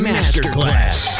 Masterclass